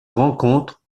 rencontre